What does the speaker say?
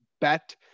bet